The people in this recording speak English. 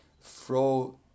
throw